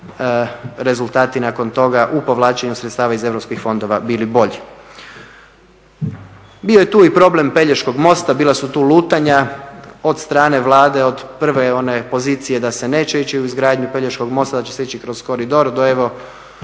rezultati nakon toga u povlačenju sredstava iz europskih fondova bili bolji. Bio je tu i problem Pelješkog mosta, bila su tu lutanja od strane Vlade, od prve one pozicije da se neće ići u izgradnju Pelješkog mosta, da će se ići kroz koridor, do evo